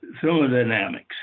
thermodynamics